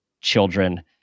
children